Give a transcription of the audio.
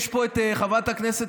יש פה את חברת הכנסת,